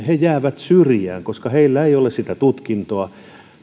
jäävät syrjään koska heillä ei ole sitä tutkintoa